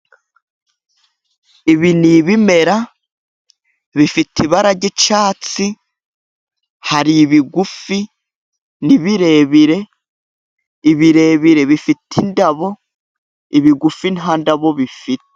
Ibi ni ibimera bifite ibara ry'icyatsi. Hari ibigufi n'ibirebire. Ibirebire bifite indabo, ibigufi nta ndabo bifite.